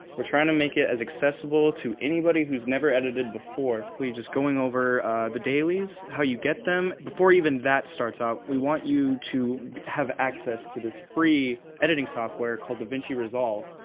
we're trying to make it as accessible to anybody who's never edited before, just going over the dailies, how you get them. before even that starts off, we want you to have access to this free editing software called davinci resolve.